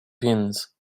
pins